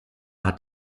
hat